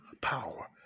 Power